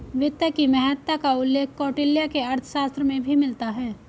वित्त की महत्ता का उल्लेख कौटिल्य के अर्थशास्त्र में भी मिलता है